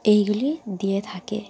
এইগুলি দিয়ে থাকে